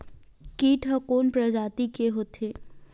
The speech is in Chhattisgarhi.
कीट ह कोन प्रजाति के होथे?